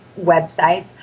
websites